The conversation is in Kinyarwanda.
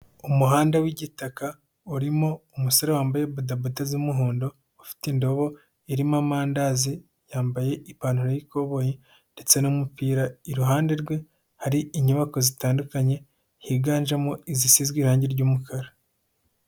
umuhanda w'igitaka urimo umusore wambaye bodaboda z'umuhondo, ufite indobo irimo amandazi yambaye ipantaro y'ikoboyi ndetse n'umupira, iruhande rwe hari inyubako zitandukanye higanjemo izisizwe irangi ry'umukara.